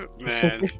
Man